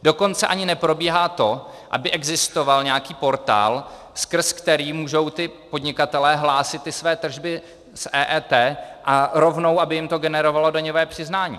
Dokonce ani neprobíhá to, aby existoval nějaký portál, skrz který můžou podnikatelé hlásit ty své tržby z EET, a rovnou aby jim to generovalo daňové přiznání.